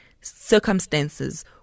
circumstances